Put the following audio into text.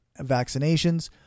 vaccinations